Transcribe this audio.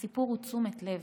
הסיפור הוא תשומת לב,